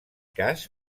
cas